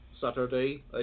Saturday